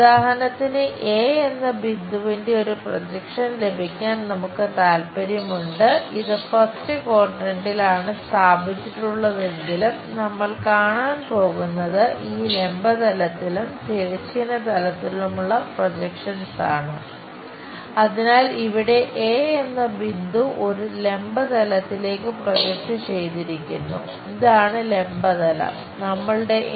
ഉദാഹരണത്തിന് എ